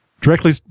Directly